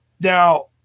Now